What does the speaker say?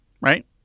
Right